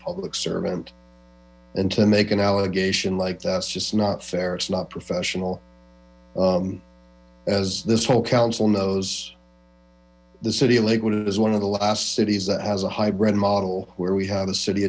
public servant and to make an allegation like that's just not fair it's not professional as this whole council knows the city lakewood is one of the last cities that has a hybrid model where we have a city